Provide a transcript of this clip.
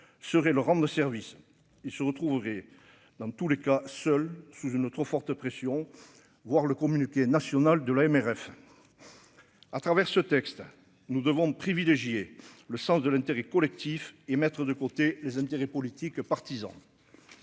serait le rendent service il se retrouver dans tous les cas, seul sous une autre forte pression, voir le communiqué national de l'AMRF à travers ce texte nous devons privilégier le sens de l'intérêt collectif et mettre de côté les intérêts politiques partisans.